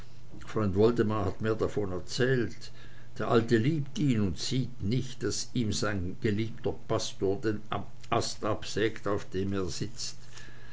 woldemar hat mir davon erzählt der alte liebt ihn und sieht nicht daß ihm sein geliebter pastor den ast absägt auf dem er sitzt